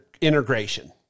integration